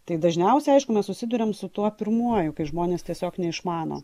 tai dažniausia aišku mes susiduriam su tuo pirmuoju kai žmonės tiesiog neišmano